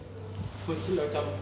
first love macam